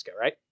right